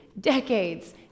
decades